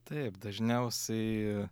taip dažniausiai